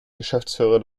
geschäftsführer